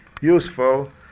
useful